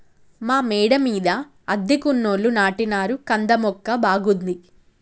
మా మేడ మీద అద్దెకున్నోళ్లు నాటినారు కంద మొక్క బాగుంది